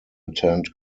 attend